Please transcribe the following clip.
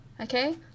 okay